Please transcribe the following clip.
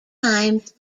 times